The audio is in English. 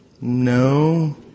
No